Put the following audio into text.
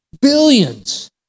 billions